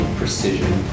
precision